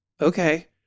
okay